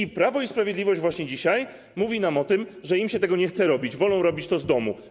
I Prawo i Sprawiedliwość właśnie dzisiaj mówi nam o tym, że im się tego nie chce robić, wolą robić to z domu.